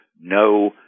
no